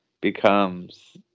becomes